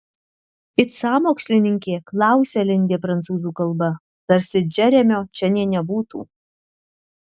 it sąmokslininkė klausia lindė prancūzų kalba tarsi džeremio čia nė nebūtų